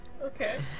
Okay